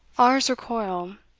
ours recoil,